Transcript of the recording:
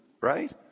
right